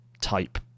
type